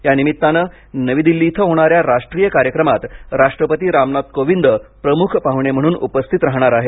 या निमित्ताने नवी दिल्ली येथे होणा या राष्ट्रीय कार्यक्रमात राष्ट्रपती रामनाथ कोविंद प्रमुख पाहुणे म्हणून उपस्थित राहणार आहेत